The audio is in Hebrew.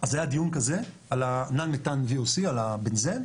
היה דיון כזה על ה-non methane voc, על הבנזן,